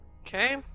Okay